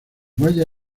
valle